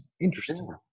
Interesting